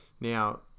Now